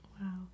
wow